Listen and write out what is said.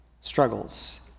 struggles